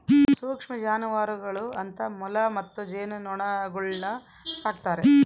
ಸೂಕ್ಷ್ಮ ಜಾನುವಾರುಗಳು ಅಂತ ಮೊಲ ಮತ್ತು ಜೇನುನೊಣಗುಳ್ನ ಸಾಕ್ತಾರೆ